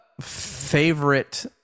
favorite